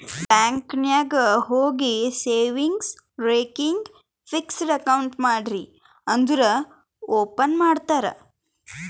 bank ನಾಗ್ ಹೋಗಿ savings, recurring, fixed account ಮಾಡ್ರಿ ಅಂದುರ್ ಓಪನ್ ಮಾಡ್ತಾರ್